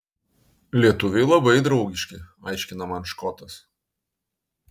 lietuviai labai draugiški aiškina man škotas